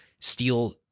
steal